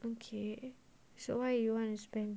okay so why you want to spend